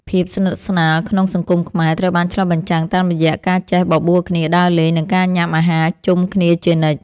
ភាពស្និទ្ធស្នាលក្នុងសង្គមខ្មែរត្រូវបានឆ្លុះបញ្ចាំងតាមរយៈការចេះបបួលគ្នាដើរលេង និងការញ៉ាំអាហារជុំគ្នាជានិច្ច។